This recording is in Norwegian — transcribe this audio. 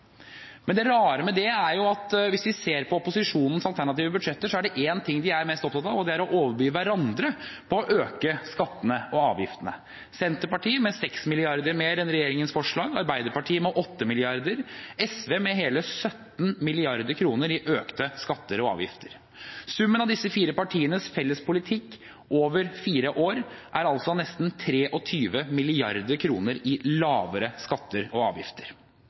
Men det rare med det er at hvis vi ser på opposisjonens alternative budsjetter, er det de er mest opptatt av, å overby hverandre på å øke skattene og avgiftene – Senterpartiet med 6 mrd. kr mer enn regjeringens forslag, Arbeiderpartiet med 8 mrd. kr, SV med hele 17 mrd. kr i økte skatter og avgifter. Summen av våre fire partiers felles politikk over fire år er altså nesten 23 mrd. kr i lavere skatter og avgifter.